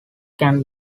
can